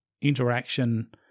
interaction